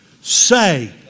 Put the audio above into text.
say